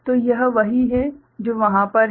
तो यह वही है जो वहाँ पर है